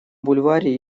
бульваре